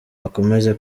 akomeze